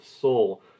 soul